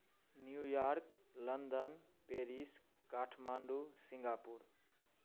New York London Paris Kathmandu Singapore